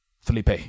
Felipe